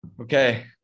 Okay